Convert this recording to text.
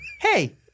hey